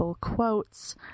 quotes